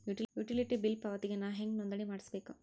Utility bill ಪಾವತಿಗೆ ನಾ ಹೆಂಗ್ ನೋಂದಣಿ ಮಾಡ್ಸಬೇಕು?